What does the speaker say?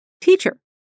Teacher